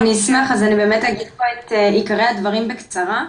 אני אשמח, אז אני אגיד את עיקרי הדברים בקצרה.